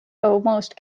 almost